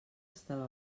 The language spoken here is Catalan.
estava